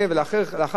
המוסד הציבורי,